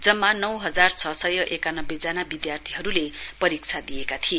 जम्मा नौ हजार छ सय एकानब्बे जना विद्यार्थीहरूले परीक्षा दिएका थिए